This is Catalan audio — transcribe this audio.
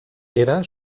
era